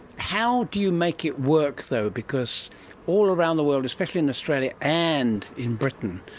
how do you make it work though, because all around the world, especially in australia, and in britain,